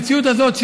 במציאות הזאת,